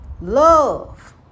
love